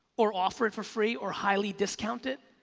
or offer it for free or highly discount it,